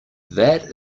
that